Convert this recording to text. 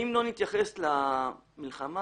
אם לא נתייחס למלחמה